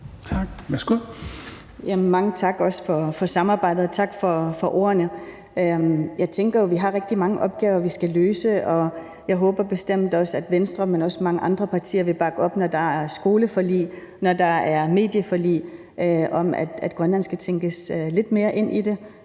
Larsen (IA): Mange tak også for samarbejdet, og tak for ordene. Jeg tænker jo, at vi har rigtig mange opgaver, vi skal løse. Jeg håber bestemt også, at Venstre, men også mange andre partier vil bakke op om, når der er skoleforlig, når der er medieforlig, at Grønland skal tænkes lidt mere ind, end